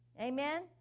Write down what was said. amen